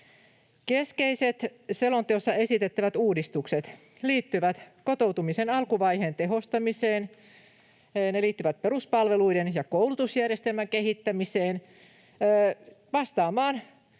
Keskeiset selonteossa esitettävät uudistukset liittyvät kotoutumisen alkuvaiheen tehostamiseen, ne liittyvät peruspalveluiden ja koulutusjärjestelmän kehittämiseen vastaamaan